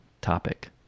topic